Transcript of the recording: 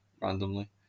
randomly